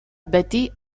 beti